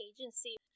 agency